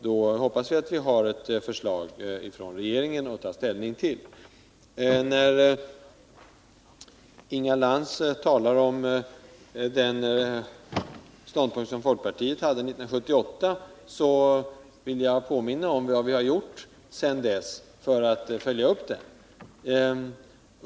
Då hoppas jag att vi har ett förslag från regeringen att ta ställning till. När Inga Lantz talar om den ståndpunkt som folkpartiet intog 1978, vill jag påminna om vad vi har gjort sedan dess för att följa upp den.